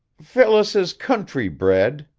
phyllis is country-bred,